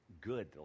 good